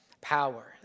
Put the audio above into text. power